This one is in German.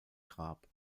grab